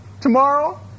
Tomorrow